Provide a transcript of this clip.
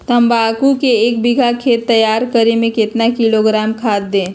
तम्बाकू के एक बीघा खेत तैयार करें मे कितना किलोग्राम खाद दे?